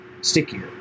stickier